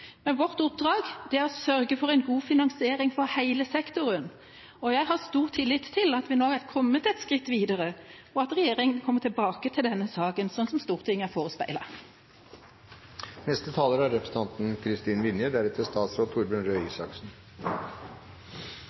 fordelingsspørsmål. Vårt oppdrag er å sørge for en god finansiering for hele sektoren. Jeg har stor tillit til at vi nå er kommet et skritt videre, og at regjeringa kommer tilbake til denne saken, slik Stortinget er forespeilet. Martin Henriksen gjør seg høy og mørk over mangel på satsing på studentene, og det må jeg svare på. Strukturmeldingen er